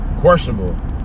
Questionable